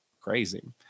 crazy